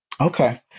Okay